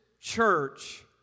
church